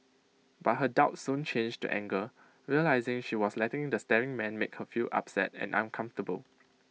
but her doubt soon changed to anger realising she was letting the staring man make her feel upset and uncomfortable